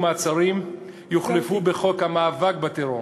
(מעצרים) יוחלפו בחוק המאבק בטרור